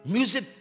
Music